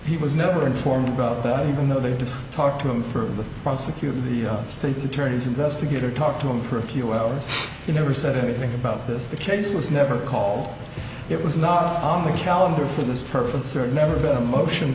he was never informed about that even though they just talked to him for the prosecutor the state's attorney's investigator talked to him for a few hours he never said anything about this the case was never call it was not on the calendar for this purpose or never had a motion